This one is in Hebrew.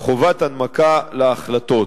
חובת הנמקה להחלטות.